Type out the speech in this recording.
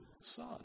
Son